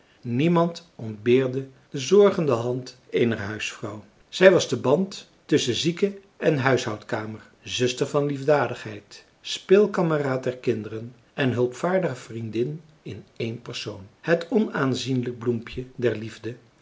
niemand ontbeerde de zorgende hand eener huisvrouw zij was de band tusschen ziekeen huishoudkamer zuster van liefdadigheid speelkameraad der kinderen en hulpvaardige vriendin in één persoon het onaanzienlijk bloempje der liefde